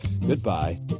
Goodbye